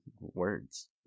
Words